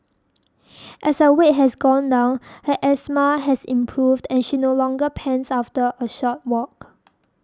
as her weight has gone down her asthma has improved and she no longer pants after a short walk